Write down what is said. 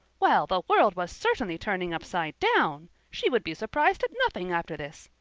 well, the world was certainly turning upside down! she would be surprised at nothing after this!